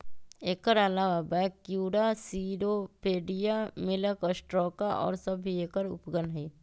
एकर अलावा Brachyura, Cirripedia, Malacostraca और सब भी एकर उपगण हई